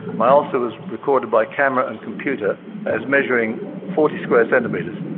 my ulcer was recorded by camera and computer as measuring forty square centimetres.